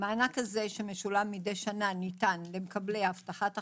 המענק הזה שמשולם מידי שנה ניתן למקבלי הבטחת הכנסה,